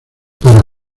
para